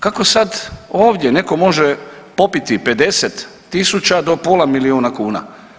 Kako sad ovdje netko može popiti 50.000 do pola milijuna kuna.